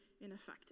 ineffective